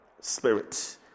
spirit